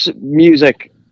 music